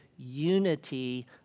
Unity